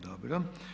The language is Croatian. Dobro.